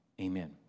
Amen